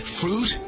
fruit